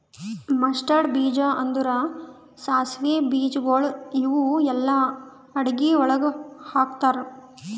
mustard ಬೀಜ ಅಂದುರ್ ಸಾಸಿವೆ ಬೀಜಗೊಳ್ ಇವು ಎಲ್ಲಾ ಅಡಗಿ ಒಳಗ್ ಹಾಕತಾರ್